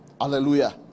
Hallelujah